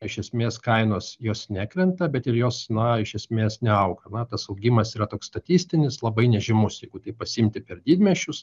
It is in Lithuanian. iš esmės kainos jos nekrenta bet ir jos na iš esmės neauga na tas augimas yra toks statistinis labai nežymus jeigu tai pasiimti per didmiesčius